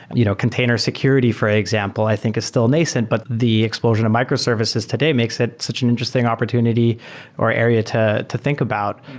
you know container security, for example, i think is still nascent, but the explosion of microservices today makes it such an interesting opportunity or area to to think about,